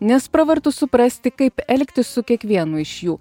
nes pravartu suprasti kaip elgtis su kiekvienu iš jų